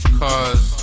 cause